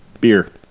Beer